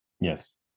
Yes